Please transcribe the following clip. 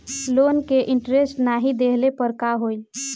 Loan के interest नाही देहले पर का होई?